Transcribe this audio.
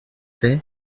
fait